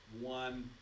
one